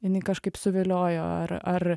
jinai kažkaip suviliojo ar ar